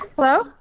Hello